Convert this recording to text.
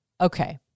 Okay